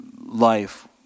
life